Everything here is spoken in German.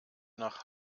nach